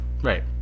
Right